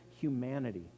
humanity